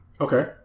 Okay